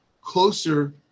closer